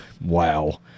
Wow